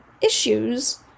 issues